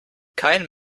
kein